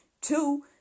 Two